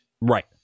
right